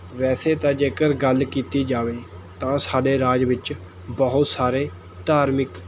ਵੈਸੇ ਤਾਂ ਜੇਕਰ ਗੱਲ ਕੀਤੀ ਜਾਵੇ ਤਾਂ ਸਾਡੇ ਰਾਜ ਵਿੱਚ ਬਹੁਤ ਸਾਰੇ ਧਾਰਮਿਕ